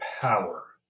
power